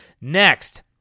Next